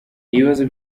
ibibazo